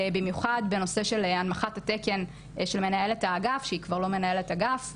במיוחד בנושא של הנמכת התקן של מנהלת האגף שהיא כבר לא מנהלת אגף,